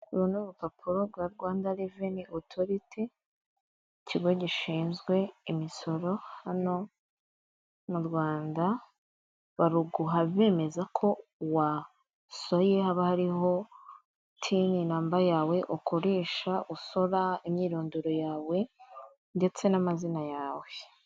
Uru ni urupapuro rwa Rwanda reveni otoriti, ikigo gishinzwe imisoro hano mu Rwanda, baruguha bemeza ko wa soye haba hariho tini namba yawe ukoresha usora imyirondoro yawe ndetse n'amazina yawe.